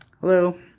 Hello